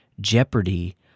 jeopardy